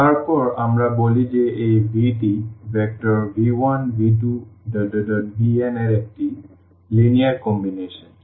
তারপর আমরা বলি যে এই v টি ভেক্টর v1v2vn এর একটি লিনিয়ার কম্বিনেশন